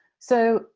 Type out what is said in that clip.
so,